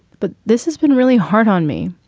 but this has been really hard on me.